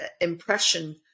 impression